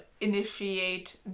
initiate